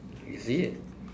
is it